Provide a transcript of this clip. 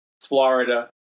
Florida